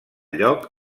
lloc